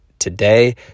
today